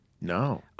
no